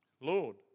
Lord